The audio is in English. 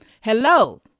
Hello